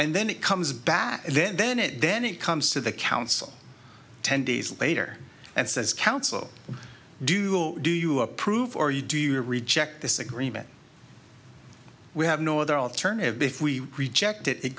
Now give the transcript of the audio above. and then it comes back then then it then it comes to the council ten days later and says council do do you approve or you do you reject this agreement we have no other alternative because we reject it